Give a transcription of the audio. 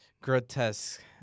Grotesque